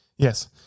Yes